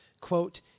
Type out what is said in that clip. quote